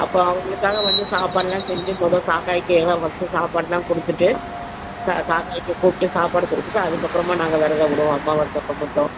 அப்போ அவங்கக்காக வந்து சாப்பாடுலாம் செஞ்ச மொதல் காக்காய்கி பஸ்ட் சாப்பாடுலாம் கொடுத்துட்டு காக்காய்கி கூட்டு சாப்பாடு கொடுத்துட்டு அதுக்கப்புறமா நாங்கள் விரத விடுவோ அம்மாவசை அப்போ மட்டும்